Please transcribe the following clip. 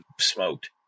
smoked